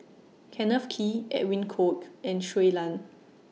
Kenneth Kee Edwin Koek and Shui Lan